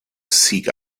seek